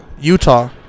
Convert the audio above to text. Utah